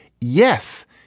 yes